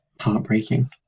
heartbreaking